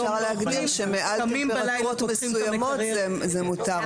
אולי אפשר להגדיר שמעל טמפרטורות מסוימות זה מותר.